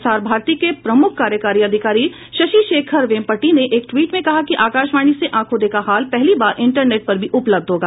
प्रसार भारती के प्रमुख कार्यकारी अधिकारी शशि शेखर वेमपटि ने एक टवीट में कहा कि आकाशवाणी से आंखों देखा हाल पहली बार इंटरनेट पर भी उपलब्ध होगा